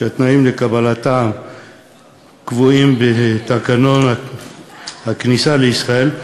שהתנאים לקבלתה קבועים בתקנות הכניסה לישראל,